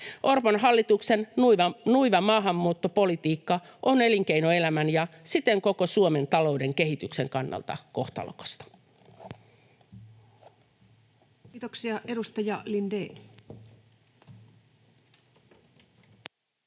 Orpon hallituksen nuiva maahanmuuttopolitiikka on elinkeinoelämän ja siten koko Suomen talouden kehityksen kannalta kohtalokasta. Kiitoksia. — Edustaja Lindén.